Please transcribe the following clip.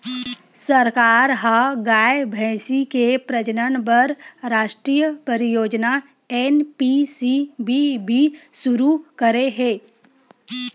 सरकार ह गाय, भइसी के प्रजनन बर रास्टीय परियोजना एन.पी.सी.बी.बी सुरू करे हे